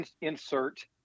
insert